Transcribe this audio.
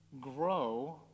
grow